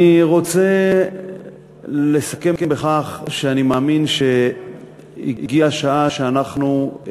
אני רוצה לסכם בכך שאני מאמין שהגיעה השעה שאנחנו,